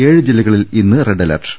ഏഴ് ജില്ലകളിൽ ഇന്ന് റെഡ് അലർട്ട്